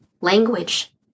language